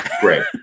Great